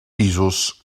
pisos